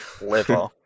liver